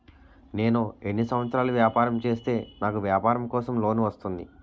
నేను ఎన్ని సంవత్సరాలు వ్యాపారం చేస్తే నాకు వ్యాపారం కోసం లోన్ వస్తుంది?